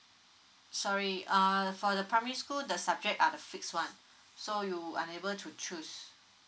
sorry uh for the primary school the subject are the fix one so you unable to choose